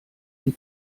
wie